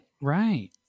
Right